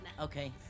Okay